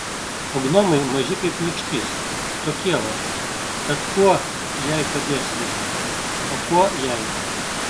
o gnomai maži kaip nykštys tokie va tad kuo jai padės jie o kuo jai